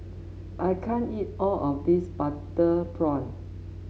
I can't eat all of this Butter Prawn